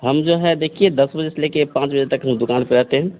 हम जो है देखिए दस बजे से ले कर पाँच बजे तक हम दुकान पर रहते हैं